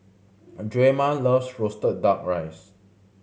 a Drema loves roasted Duck Rice